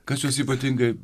kas jus ypatingai